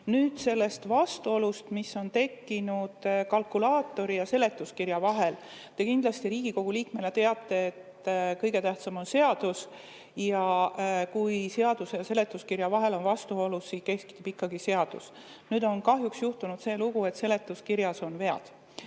Nüüd sellest vastuolust, mis on tekkinud kalkulaatori ja seletuskirja vahel. Te kindlasti Riigikogu liikmena teate, et kõige tähtsam on seadus ning kui seaduse ja seletuskirja vahel on vastuolu, siis kehtib ikkagi seadus. Nüüd on kahjuks juhtunud see lugu, et seletuskirjas on vead.